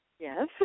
Yes